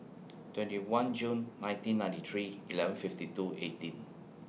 twenty one June nineteen ninety three eleven fifty two eighteen